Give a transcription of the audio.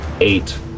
eight